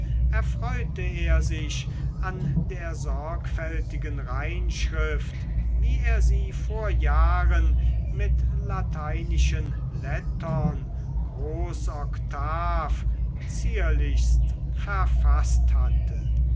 erfreute er sich an der sorgfältigen reinschrift wie er sie vor jahren mit lateinischen lettern groß oktav zierlichst verfaßt hatte